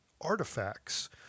artifacts